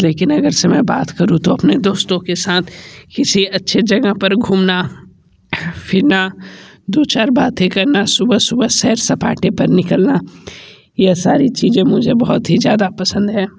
लेकिन अगर से मैं बात करूँ तो अपने दोस्तों के साथ किसी अच्छे जगह पर घूमना फिरना दो चार बातें करना सुबह सुबह सैर सपाटे पर निकलना यह सारी चीज़ें मुझे बहुत ही ज़्यादा पसंद है